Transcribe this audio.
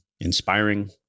inspiring